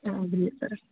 ಹೌದ್ರಿ ಸರ